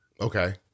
Okay